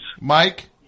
Mike